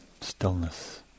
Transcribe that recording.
stillness